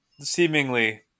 seemingly